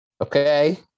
Okay